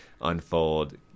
unfold